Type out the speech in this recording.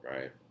right